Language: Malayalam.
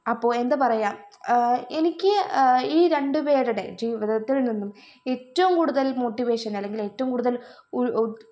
അപ്പോൾ എന്തു പറയാം എനിക്ക് ഈ രണ്ടു പേരുടെ ജീവിതത്തിൽ നിന്നും ഏറ്റവും കൂടുതൽ മോട്ടിവേഷൻ അല്ലെങ്കിൽ ഏറ്റവും കൂടുതൽ ഉ